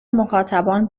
مخاطبان